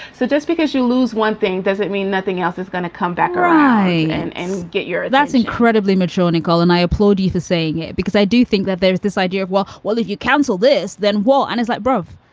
so just because you lose one thing doesn't mean nothing else is going to come back, try and and get your that's incredibly mature, nicole. and i applaud you for saying it, because i do think that there's this idea of, well, well, if you counsel this, then well, and it's like, bro,